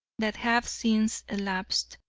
that have since elapsed,